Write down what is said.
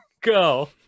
go